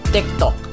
TikTok